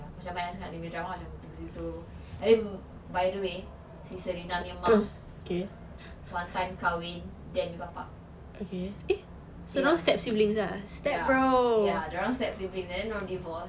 macam banyak sangat lima drama macam gitu gitu abeh by the way si serena punya mak one time kahwin dan punya bapa ya ya ya dia orang step siblings I didn't know before